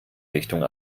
richtung